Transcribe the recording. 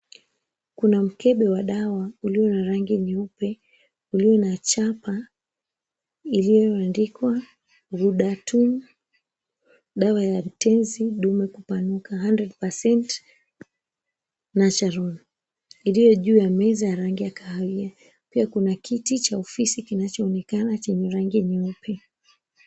Kuna mkebe wa dawa ulio na rangi nyeupe ulio na chapa iliyoandikwa, Ghudatun, Dawa ya Tezi Dume Kupanuka, 100% Natural, iliyo juu ya meza ya rangi ya kahawia. Pia kuna kiti cha ofisi kinachoonekana chenye rangi nyeupe.